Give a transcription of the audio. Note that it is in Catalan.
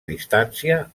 distància